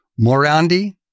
Morandi